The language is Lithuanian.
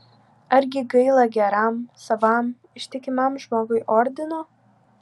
argi gaila geram savam ištikimam žmogui ordino